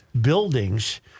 buildings